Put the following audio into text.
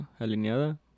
alineada